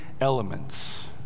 elements